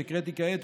שהקראתי כעת,